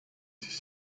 siis